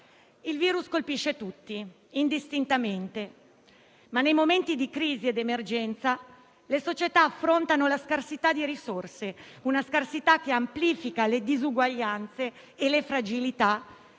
Il virus colpisce tutti indistintamente, ma nei momenti di crisi ed emergenza le società affrontano la scarsità di risorse, che amplifica le disuguaglianze e le fragilità